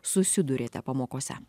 susiduriate pamokose